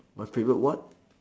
my favourite what